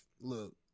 look